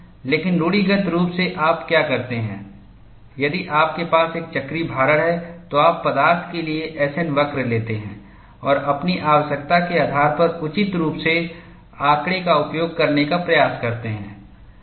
लेकिन रूढ़िगत रूप से आप क्या करते हैं यदि आपके पास एक चक्रीय भारण है तो आप पदार्थ के लिए S N वक्र लेते हैं और अपनी आवश्यकता के आधार पर उचित रूप से आंकड़े का उपयोग करने का प्रयास करते हैं